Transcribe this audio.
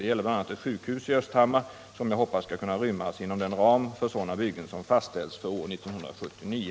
Det gäller bl.a. ett sjukhus i Östhammar, som jag hoppas skall kunna rymmas inom den ram för sådana byggen som fastställts för år 1979.